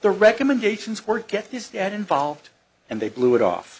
the recommendations work get this get involved and they blew it off